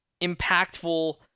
impactful